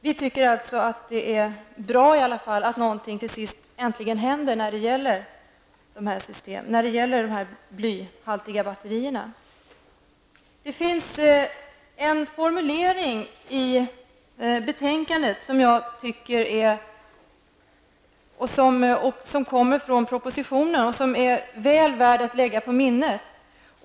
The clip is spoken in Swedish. Vi tycker alltså att det i alla fall är bra att någonting äntligen händer när det gäller de blyhaltiga batterierna. Det är en formulering i betänkandet som kommer från propositionen och som jag tycker är väl värd att lägga på minnet.